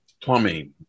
plumbing